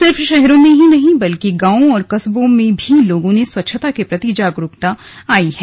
सिर्फ शहरों में ही नहीं बल्कि गांवों और कस्बों में भी लोगों में स्वच्छता के प्रति जागरूकता आयी है